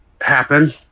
happen